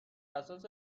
اساس